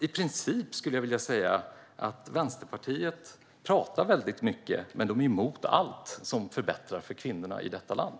I princip skulle jag därför vilja säga att Vänsterpartiet pratar väldigt mycket men är emot allt som förbättrar för kvinnorna i detta land.